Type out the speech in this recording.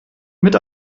mit